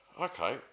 Okay